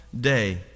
day